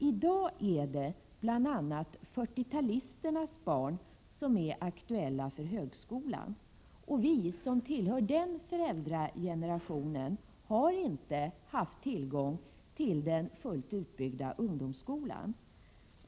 I dag är det bl.a. 40-talisternas barn som är aktuella för högskolan, och vi som tillhör den föräldragenerationen har inte haft tillgång till den fullt utbyggda ungdomsskolan.